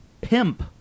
pimp